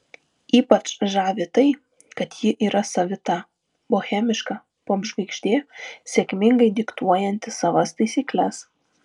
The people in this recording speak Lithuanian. ypač žavi tai kad ji yra savita bohemiška popžvaigždė sėkmingai diktuojanti savas taisykles